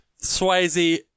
Swayze